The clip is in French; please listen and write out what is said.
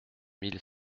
mille